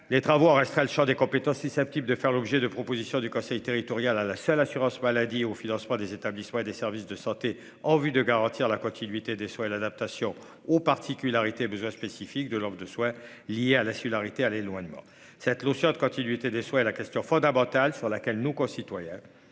les travaux en restera le Champ des compétences susceptibles de faire l'objet de propositions du conseil territorial à la salle assurance maladie au financement des établissements et des services de santé en vue de garantir la continuité des soins et l'adaptation aux particularités besoins spécifiques de l'Ordre de soins liés à l'insularité aller loin de éloignement cette l'océan quand il était des soins et la question fondamentale sur laquelle nos concitoyens